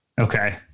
Okay